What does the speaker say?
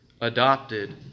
adopted